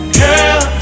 girl